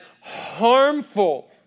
harmful